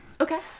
Okay